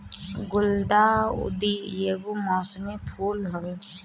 गुलदाउदी एगो मौसमी फूल हवे